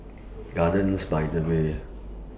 Gardens By The Bay